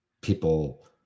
People